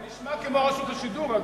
אגב, זה נשמע כמו רשות השידור.